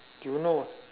do you know